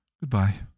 Goodbye